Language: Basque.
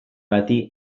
bati